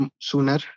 sooner